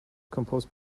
composed